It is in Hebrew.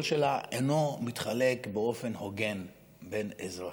שלה אינו מתחלק באופן הוגן בין אזרחיה.